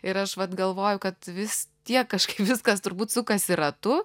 ir aš vat galvoju kad vis tiek kažkaip viskas turbūt sukasi ratu